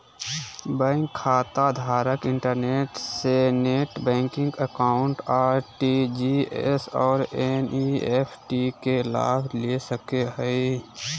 bank खाताधारक internet से net banking account, RTGS और एन.इ.एफ.टी के लाभ ले सको हइ